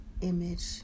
image